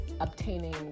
obtaining